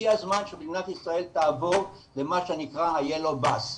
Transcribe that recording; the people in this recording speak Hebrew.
הגיע הזמן שמדינת ישראל תעבור למה שנקרא ה-yellow bus,